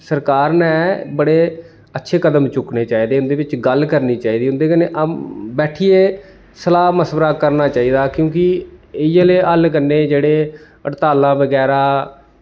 सरकार ने बड़े अच्छे कदम चुक्कने चाहिदे इं'दे बिच्च गल्ल करनी चाहिदी उं'दे कन्नै बैठियै सलाह् मशवरा करना चाहिदा क्योंकि इ'यै लेह् हल कन्नै जेह्ड़े हड़तालां बगैरा